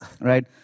right